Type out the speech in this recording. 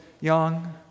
young